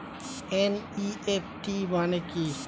NEFT মানে কি?